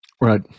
Right